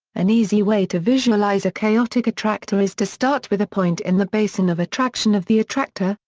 an easy way to visualize a chaotic attractor is to start with a point in the basin of attraction of the attractor,